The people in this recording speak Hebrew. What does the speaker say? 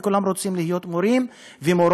וכולם רוצים להיות מורים ומורות,